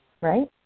right